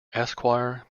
esquire